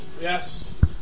Yes